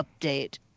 update